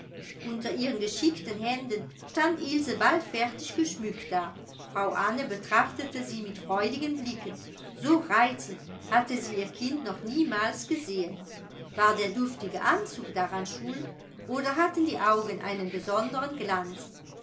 unter ihren geschickten händen stand ilse bald fertig geschmückt da frau anne betrachtete sie mit freudigen blicken so reizend hatte sie ihr kind noch niemals gesehen war der duftige anzug daran schuld oder hatten die augen einen besonderen glanz